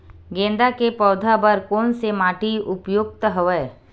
गेंदा के पौधा बर कोन से माटी उपयुक्त हवय?